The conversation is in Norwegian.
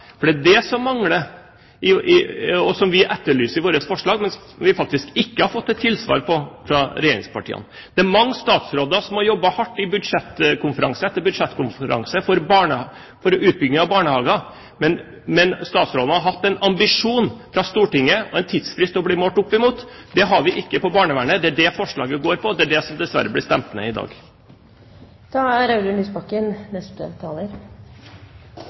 for det er det som mangler, og det som vi etterlyser i vårt forslag, men som vi faktisk ikke har fått et tilsvar på fra regjeringspartiene. Det er mange statsråder som har jobbet hardt i budsjettkonferanse etter budsjettkonferanse for utbygging av barnehager, men statsrådene har hatt en ambisjon fra Stortinget og en tidsfrist å bli målt opp mot. Det har vi ikke når det gjelder barnevernet. Det er det forslaget går på, og det er det som dessverre blir stemt ned i dag. Jeg skal være kort, men jeg synes at dette er